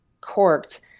corked